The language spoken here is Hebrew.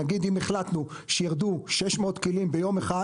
נגיד, אם החלטנו שירדו 600 כלים ביום אחד